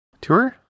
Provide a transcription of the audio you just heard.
tour